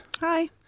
Hi